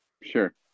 sure